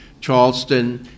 Charleston